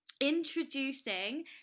introducing